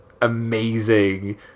amazing